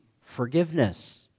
forgiveness